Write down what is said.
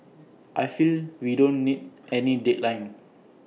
I feel we don't need any deadline